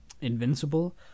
invincible